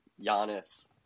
Giannis